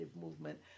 movement